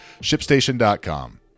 ShipStation.com